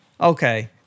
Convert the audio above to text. Okay